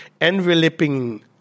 enveloping